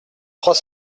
trois